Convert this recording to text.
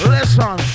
Listen